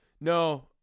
no